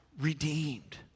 redeemed